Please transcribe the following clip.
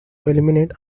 eliminate